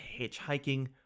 hitchhiking